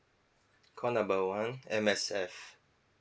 call number one M_S_F